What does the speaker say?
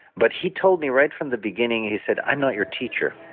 but he told me right from the beginning, he said, i'm not your teacher.